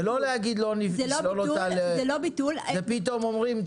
זה לא להגיד לא --- זה פתאום אומרים: